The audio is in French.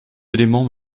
éléments